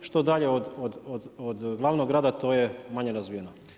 Što dalje od glavnog grada to je manje razvijeno.